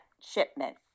shipment